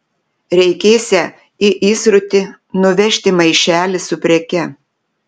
reikėsią į įsrutį nuvežti maišelį su preke